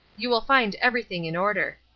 you will find everything in order.